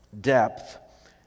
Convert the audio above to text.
depth